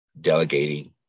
delegating